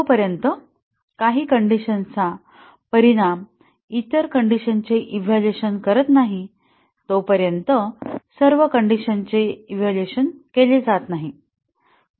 जोपर्यंत काही कण्डिशनचा परिणाम इतर कंडिशनचे इव्हॅल्युएशन करत नाही तोपर्यंत सर्व कण्डिशनचे इव्हॅल्युएशन केले जात नाही